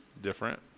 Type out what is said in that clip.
different